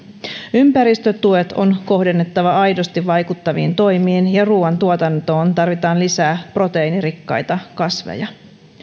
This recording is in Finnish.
ympäristötuet on kohdennettava aidosti vaikuttaviin toimiin ja ruuantuotantoon tarvitaan lisää proteiinirikkaita kasveja